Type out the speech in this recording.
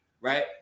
right